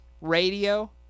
Radio